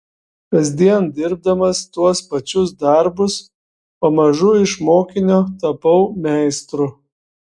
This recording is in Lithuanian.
kasdien dirbdamas tuos pačius darbus pamažu iš mokinio tapau meistru